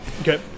Okay